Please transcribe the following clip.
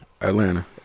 Atlanta